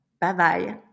Bye-bye